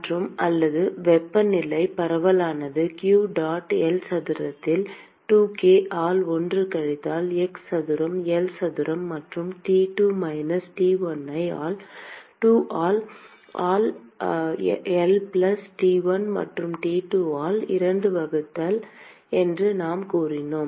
மற்றும் அல்லது வெப்பநிலைப் பரவலானது q டாட் L சதுரத்தால் 2k ஆல் 1 கழித்தல் x சதுரம் L சதுரம் மற்றும் T2 மைனஸ் T1 ஐ 2 ஆல் x ஆல் L பிளஸ் T1 மற்றும் T2 ஆல் 2 வகுத்தல் என்று நாம் கூறினோம்